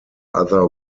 other